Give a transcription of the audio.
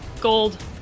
Gold